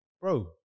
Bro